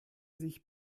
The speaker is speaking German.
sich